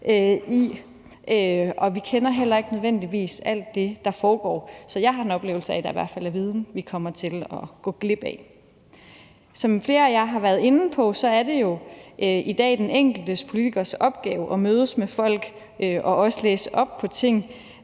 og vi kender heller ikke nødvendigvis alt det, der foregår. Så jeg har i hvert fald en oplevelse af, at der er viden, vi kommer til at gå glip af. Som flere af jer har været inde på, er det jo i dag den enkelte politikers opgave at mødes med folk og også læse op på ting,